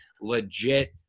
legit